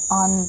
on